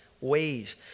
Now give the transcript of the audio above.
ways